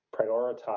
prioritize